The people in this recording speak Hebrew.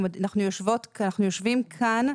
או יושבים כאן,